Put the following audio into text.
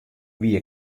wie